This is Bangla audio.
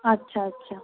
আচ্ছা আচ্ছা